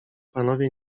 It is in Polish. panowie